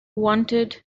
wanted